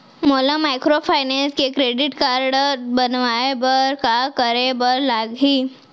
मोला माइक्रोफाइनेंस के credit card बनवाए बर का करे बर लागही?